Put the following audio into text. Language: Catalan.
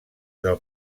del